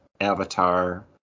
avatar